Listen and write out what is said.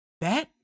bet